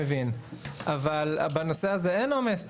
אבל בנושא הזה אין עומס,